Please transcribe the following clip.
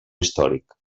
històric